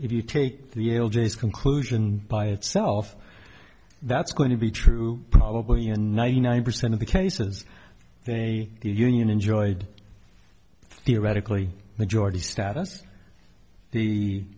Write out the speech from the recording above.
if you take the l j's conclusion by itself that's going to be true probably ninety nine percent of the cases they union enjoyed theoretically majority status the